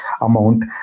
amount